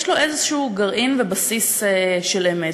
יש לה איזשהו גרעין ובסיס של אמת.